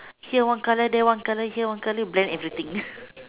here one color there one color here one color blend everything